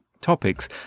topics